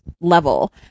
level